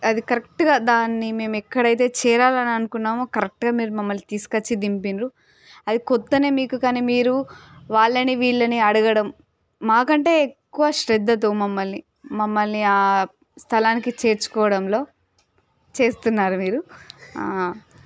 అది కరెక్ట్గా దాన్ని మేము ఎక్కడైతే చేరాలని అనుకున్నామో కరెక్టుగా మీరు మమ్మల్ని తీసుకు వచ్చి దింపిర్రు అది కొత్త మీకు కానీ మీరు వాళ్ళని వీళ్ళని అడగడం మాకంటే ఎక్కువ శ్రద్ధతో మమ్మల్ని మమ్మల్ని ఆ స్థలానికి చేర్చుకోవడంలో చేస్తున్నారు మీరు